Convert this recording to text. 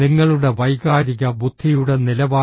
നിങ്ങളുടെ വൈകാരിക ബുദ്ധിയുടെ നിലവാരം